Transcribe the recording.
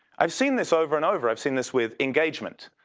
i've seen this over and over. i've seen this with engagement.